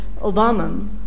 Obama